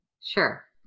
Sure